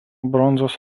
bronzos